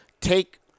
take